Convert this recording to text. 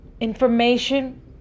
information